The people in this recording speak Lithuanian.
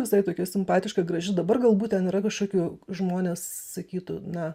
visai tokia simpatiška graži dabar galbūt ten yra kažkokių žmonės sakytų na